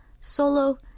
solo